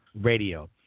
Radio